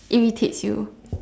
irritates you